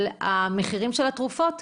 של המחירים של התרופות.